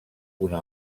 una